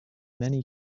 many